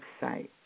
website